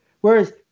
Whereas